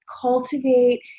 cultivate